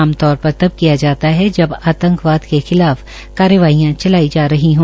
आम तौर पर तब किया जाता है जब आतंकवाद के खिलाफ कार्यवाहियां चलाई जा रही है